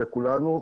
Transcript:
לכולנו,